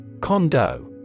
CONDO